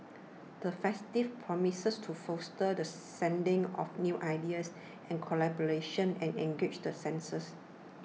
the festival promises to foster the seeding of new ideas and collaborations and engage the senses